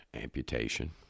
amputation